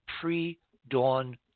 pre-dawn